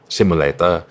Simulator